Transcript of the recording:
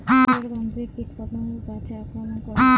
ফুলের গণ্ধে কীটপতঙ্গ গাছে আক্রমণ করে?